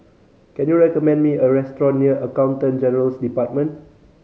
can you recommend me a restaurant near Accountant General's Department